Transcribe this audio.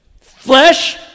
Flesh